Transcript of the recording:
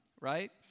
right